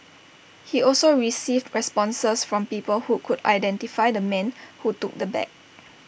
he also received responses from people who could identify the man who took the bag